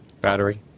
Battery